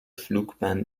flugbahn